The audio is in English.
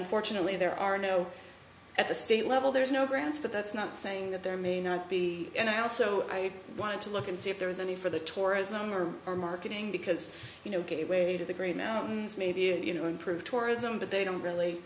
unfortunately there are no at the state level there's no grounds for that's not saying that there may not be and i also wanted to look and see if there was any for the tourism or for marketing because you know gateway to the great mountains maybe you know improve tourism but they don't really